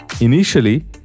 Initially